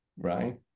right